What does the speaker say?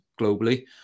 globally